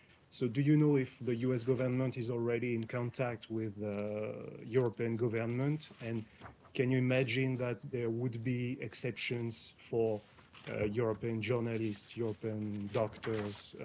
so do you know if the u s. government is already in contact with the european government, and can you imagine that there would be exceptions for european journalists, european doctors,